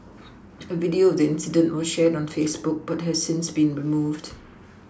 a video of the incident was shared on Facebook but has since been removed